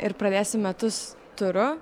ir pradėsim metus turu